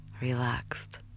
relaxed